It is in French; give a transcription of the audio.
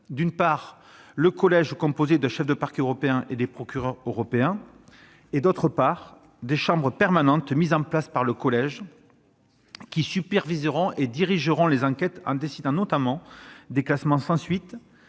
d'une part, le collège, composé d'un chef du Parquet européen et de procureurs européens ; d'autre part, des chambres permanentes, mises en place par le collège, qui superviseront et dirigeront les enquêtes en décidant notamment des classements sans suite,